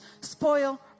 spoil